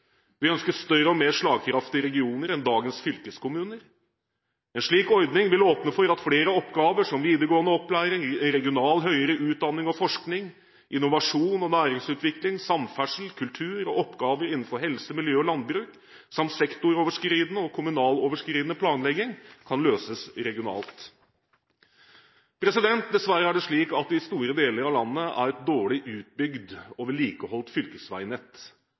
Vi ønsker større og mer slagkraftige regioner enn dagens fylkeskommuner. En slik ordning vil åpne for at flere oppgaver, som videregående opplæring, regional høyere utdanning, forskning, innovasjon, næringsutvikling, samferdsel, kultur, oppgaver innenfor helse, miljø og landbruk samt sektoroverskridende og kommuneoverskridende planlegging kan løses regionalt. Dessverre er det slik at det i store deler av landet er et dårlig utbygd og dårlig vedlikeholdt fylkesveinett.